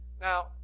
Now